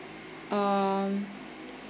um